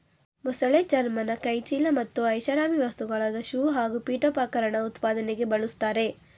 ಮೊಸಳೆ ಚರ್ಮನ ಕೈಚೀಲ ಮತ್ತು ಐಷಾರಾಮಿ ವಸ್ತುಗಳಾದ ಶೂ ಹಾಗೂ ಪೀಠೋಪಕರಣ ಉತ್ಪಾದನೆಗೆ ಬಳುಸ್ತರೆ